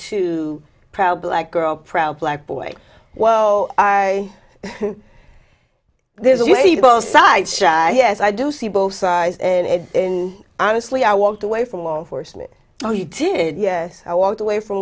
to proud black girl proud black boy well i there's a way both sides yes i do see both sides and in honestly i walked away from law enforcement oh you did yes i walked away f